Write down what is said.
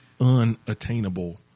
unattainable